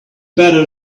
better